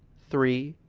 three,